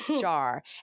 jar